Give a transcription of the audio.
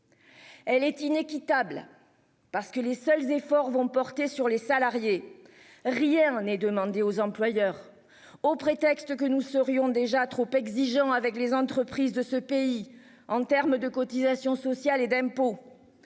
Elle est inéquitable parce que les seuls efforts vont porter sur les salariés. Rien n'est demandé aux employeurs au prétexte que nous serions déjà trop exigeant avec les entreprises de ce pays en termes de cotisations sociales et d'impôt.